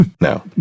No